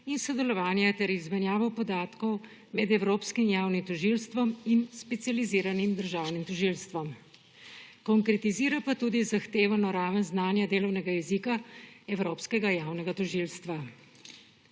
in sodelovanje ter izmenjavo podatkov med Evropskim javnim tožilstvom in Specializiranim državnim tožilstvom. Konkretizira pa tudi zahtevano raven znanja delovnega jezika Evropskega javnega tožilstva.